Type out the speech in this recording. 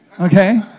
okay